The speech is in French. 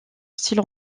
style